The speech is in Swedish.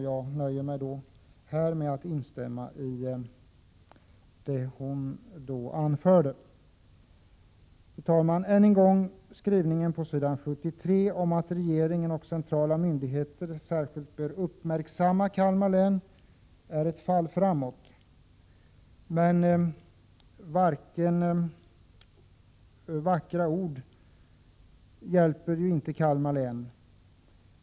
Jag nöjer mig därför med att instämma i det som hon anfört. Ännu en gång: Utskottets skrivning på s. 76 om att regeringen och centrala myndigheter särskilt bör uppmärksamma Kalmar län kan betecknas som ett fall framåt. Men enbart vackra ord hjälper inte Kalmar län.